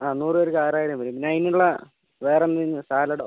അതെ നൂറ് പേർക്ക് ആറായിരം വരും പിന്നെ അതിനുള്ള വേറെ എന്തെങ്കിലും സാലഡോ